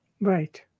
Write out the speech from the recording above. Right